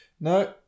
No